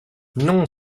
non